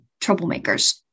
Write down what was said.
troublemakers